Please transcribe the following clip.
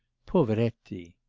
poveretti!